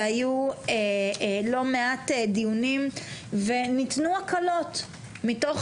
והיו לא מעט דיונים וניתנו הקלות מתוך